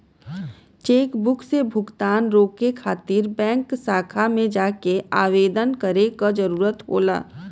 chequebook से भुगतान रोके खातिर बैंक शाखा में जाके आवेदन करे क जरुरत होला